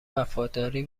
وفاداری